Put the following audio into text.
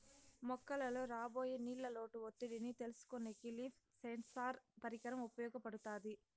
మొక్కలలో రాబోయే నీళ్ళ లోటు ఒత్తిడిని తెలుసుకొనేకి లీఫ్ సెన్సార్ పరికరం ఉపయోగపడుతాది